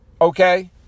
okay